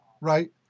Right